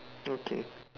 okay